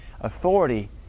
Authority